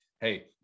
Hey